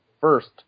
first